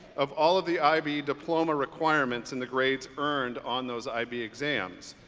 of all of the ib diploma requirements and the grades earned on those ib exams,